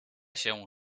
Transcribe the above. się